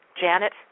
janet